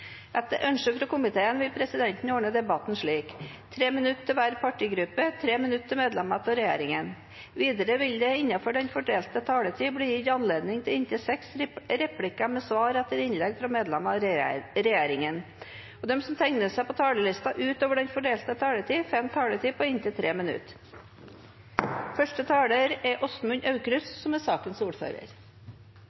Etter ønske fra energi- og miljøkomiteen vil presidenten ordne debatten slik: 3 minutter til hver partigruppe og 3 minutter til medlemmer av regjeringen. Videre vil det – innenfor den fordelte taletid – bli gitt anledning til inntil seks replikker med svar etter innlegg fra medlemmer av regjeringen, og de som måtte tegne seg på talerlisten utover den fordelte taletid, får også en taletid på inntil 3 minutter. Først er